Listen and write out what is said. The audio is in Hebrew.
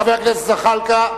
חבר הכנסת ג'מאל זחאלקה,